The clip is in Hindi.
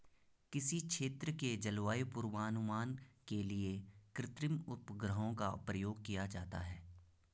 किसी क्षेत्र के जलवायु पूर्वानुमान के लिए कृत्रिम उपग्रहों का प्रयोग भी किया जाता है